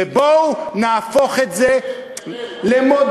ובואו נהפוך את זה למודל,